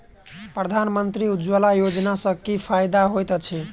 प्रधानमंत्री उज्जवला योजना सँ की फायदा होइत अछि?